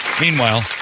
meanwhile